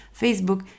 Facebook